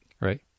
right